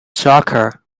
soccer